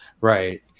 Right